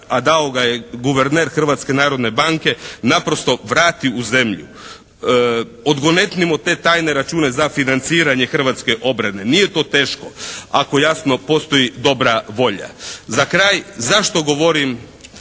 a dao ga je guverner Hrvatske narodne banke, naprosto vrati u zemlju. Odgonetnimo te tajne račune za financiranje hrvatske obrane. Nije to teško ako jasno postoji dobra volja. Za kraj zašto govorim